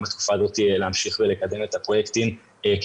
מבקש גם בתקופה הזאת להמשיך ולקדם את הפרויקטים כי